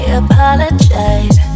apologize